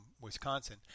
Wisconsin